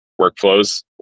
workflows